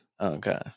Okay